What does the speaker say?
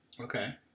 Okay